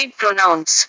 pronouns